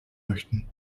möchten